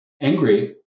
angry